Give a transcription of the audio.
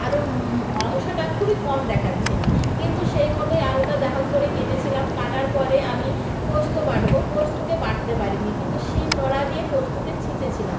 আলুর অংশটা খুবই কম দেখাচ্ছে কিন্তু সেই মতোই আলুটা যা হোক করে কেটেছিলাম কাটার পরে আমি পোস্ত বাটব পোস্তকে বাটতে পারিনি কিন্তু শিল নোড়া দিয়ে পোস্তকে ছেঁচেছিলাম